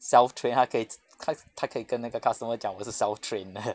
self train 她可以 z~ 她他可以跟那个 customer 讲我是 self trained